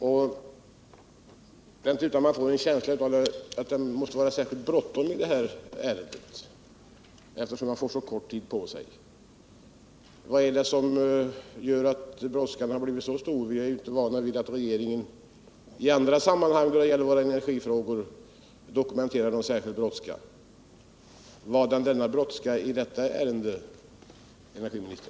Det är inte utan att man får en känsla av att det måste vara särskilt bråttom i detta ärende, eftersom kommunerna får så kort tid på sig. Vad är det som gör att brådskan har blivit så stor? Vi är inte vana vid att regeringen i andra sammanhang då det gäller energifrågor dokumenterar någon särskild brådska. Vadan denna brådska i det här ärendet, herr energiminister?